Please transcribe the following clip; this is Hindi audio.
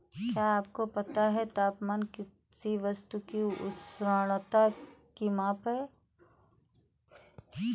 क्या आपको पता है तापमान किसी वस्तु की उष्णता की माप है?